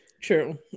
True